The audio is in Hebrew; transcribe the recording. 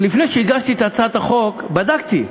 לפני שהגשתי את הצעת החוק בדקתי,